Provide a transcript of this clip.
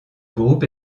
groupe